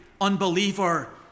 unbeliever